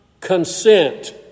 consent